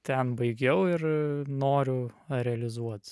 ten baigiau ir noriu realizuot